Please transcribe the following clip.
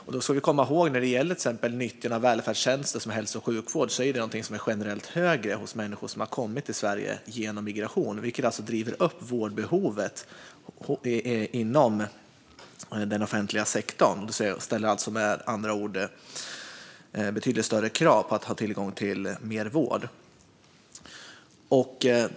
När det gäller nyttjandet av välfärdstjänster som till exempel hälso och sjukvård ska vi komma ihåg att det är någonting som är generellt högre hos människor som har kommit till Sverige genom migration. Det driver upp vårdbehovet inom den offentliga sektorn. Det ställer betydligt större krav på att ha tillgång till mer vård.